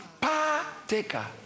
partaker